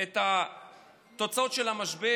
את התוצאות של המשבר.